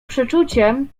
przeczuciem